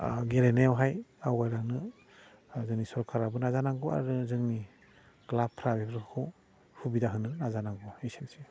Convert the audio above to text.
गेलेनायावहाय आवगायलांनो जोंनि सरकाराबो नाजानांगौ आरो जोंनि क्लाबफ्रा बेफोरखौ सुबिदा होनो नाजानांगौ एसेनोसै